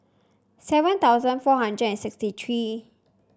seven thousand four hundred and sixty three